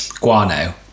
Guano